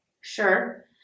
Sure